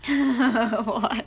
why